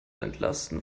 entlasten